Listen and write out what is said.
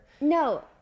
No